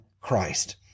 Christ